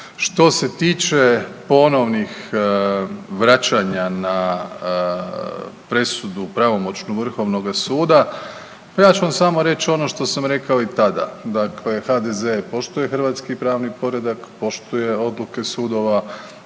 Što se tiče ponovnih vraćanja na presudu pravomoćnu vrhovnoga suda, pa ja ću vam samo reć ono što sam rekao i tada. Dakle HDZ poštuje hrvatski pravni poredak, poštuje odluke sudova,